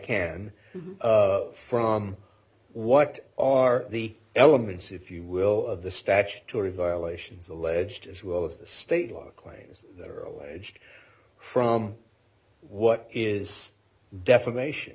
can from what are the elements if you will of the statutory violations alleged as well as the state law claims that are alleged from what is defamation